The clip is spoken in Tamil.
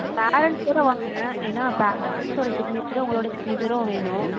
பேரண்ட்ஸோட வாங்க ஏன்னா பேரண்ட்ஸோட சிக்னேச்சரும் உங்களோட சிக்னேச்சரும் வேணும்